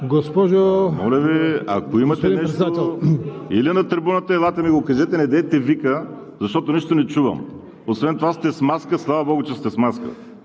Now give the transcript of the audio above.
от ГЕРБ.) Моля Ви, ако имате нещо, или на трибуната елате и ми го кажете, недейте вика, защото нищо не чувам! Освен това сте с маска и, слава богу, че сте с маска,